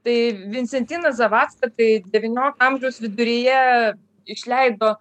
tai vincentina zavadska tai devyniolikto amžiaus viduryje išleido